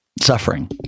suffering